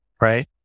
right